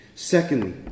Secondly